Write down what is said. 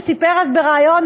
שסיפר אז בריאיון,